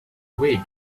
away